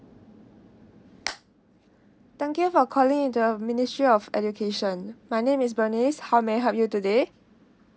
thank you for calling in the ministry of education my name is bernice how may I help you today